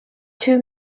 too